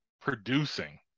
producing